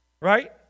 right